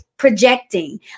projecting